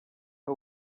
que